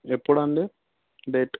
ఎప్పుడుండి date